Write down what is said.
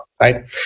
right